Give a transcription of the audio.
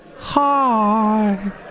Hi